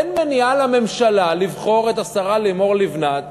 אין מניעה לממשלה לבחור את השרה לימור לבנת